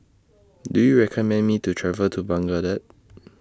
Do YOU recommend Me to travel to Baghdad